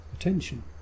Attention